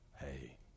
Hey